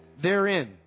therein